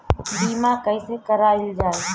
बीमा कैसे कराएल जाइ?